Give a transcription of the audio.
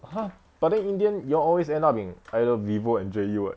!huh! but then in the end you all always end up in either vivo and J_E [what]